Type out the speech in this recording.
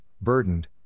burdened